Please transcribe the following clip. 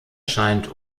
scheint